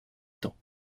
temps